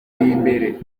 imbere